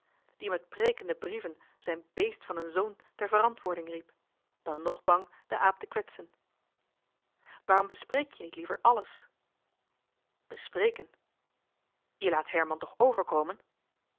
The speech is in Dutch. die met preekende brieven zijn beest van een zoon ter verantwoording riep en dan nog bang was den aap te kwetsen waarom bespreek je niet liever àlles bespreken je laat herman toch overkomen